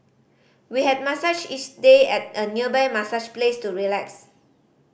we had massages each day at a nearby massage place to relax